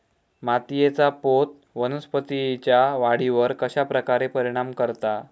मातीएचा पोत वनस्पतींएच्या वाढीवर कश्या प्रकारे परिणाम करता?